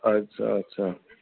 अछा अछा